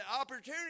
opportunity